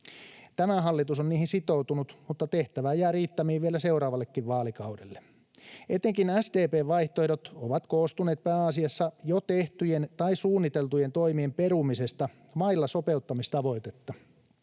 Tämä hallitus on niihin sitoutunut, mutta tehtävää jää riittämiin vielä seuraavallekin vaalikaudelle. Etenkin SDP:n vaihtoehdot ovat koostuneet pääasiassa jo tehtyjen tai suunniteltujen toimien perumisesta vailla sopeuttamistavoitetta.